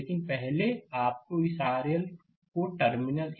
लेकिन पहले आपको इस RL को टर्मिनल 1 और 2 से ओपन करना होगा